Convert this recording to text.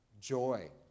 joy